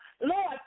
Lord